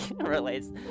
relates